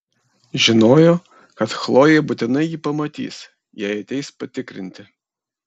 žinojo kad chlojė būtinai jį pamatys jei ateis patikrinti